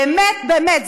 באמת באמת.